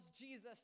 Jesus